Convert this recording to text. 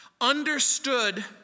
understood